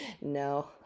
No